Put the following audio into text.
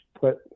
put